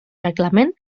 reglament